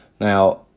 now